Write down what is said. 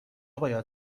باید